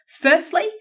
Firstly